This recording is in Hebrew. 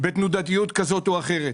בתנודתיות כזאת או אחרת.